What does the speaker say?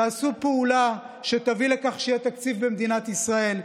תעשו פעולה שתביא לכך שיהיה תקציב במדינת ישראל.